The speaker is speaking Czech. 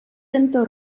tento